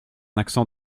accent